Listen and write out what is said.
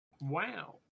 Wow